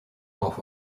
half